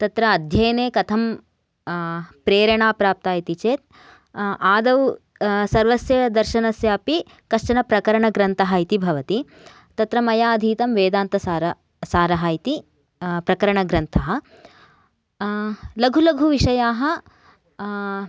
तत्र अध्ययने कथम् प्रेरणा प्राप्ता इति चेत् आदौ सर्वस्य दर्शनस्य अपि कश्चन प्रकरणग्रन्थः इति भवति तत्र मया अधीतं वेदान्तसार सारः इति प्रकरणग्रन्थः लघु लघुविषयाः